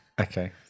Okay